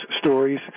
stories